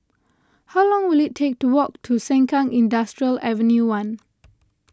how long will it take to walk to Sengkang Industrial Ave one